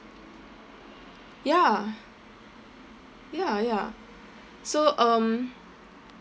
ya ya ya so um